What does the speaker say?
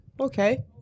okay